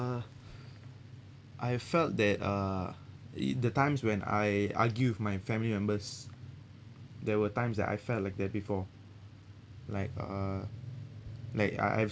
uh I felt that uh it the times when I argue with my family members there were times that I felt like that before like uh like I I've